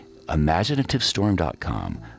ImaginativeStorm.com